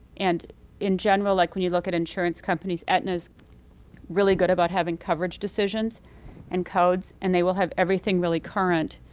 and in general, like when you look at insurance companies, aetna's really good about having coverage decisions and codes and they will have everything really current.